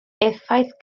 effaith